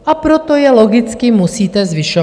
A proto je logicky musíte zvyšovat.